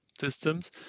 systems